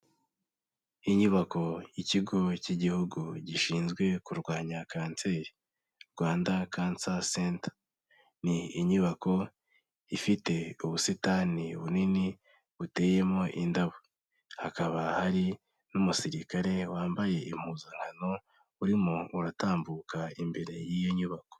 Inyubako y'ikigo cy'igihugu gishinzwe kurwanya kanseri, Rwanda cansa senta ni inyubako ifite ubusitani bunini buteyemo indabo, hakaba hari n'umusirikare wambaye impuzankano urimo uratambuka imbere y'iyo nyubako.